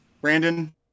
Brandon